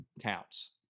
Towns